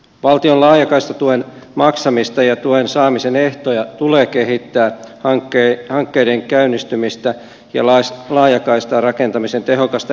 valtion laajakaistatuen maksamista ja tuen saamisen ehtoja tulee kehittää hankkeiden käynnistymistä ja laajakaistan rakentamisen tehokasta etenemistä edistävällä tavalla